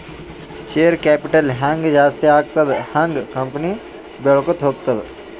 share capital ಹ್ಯಾಂಗ್ ಜಾಸ್ತಿ ಆಗ್ತದ ಹಂಗ್ ಕಂಪನಿ ಬೆಳ್ಕೋತ ಹೋಗ್ತದ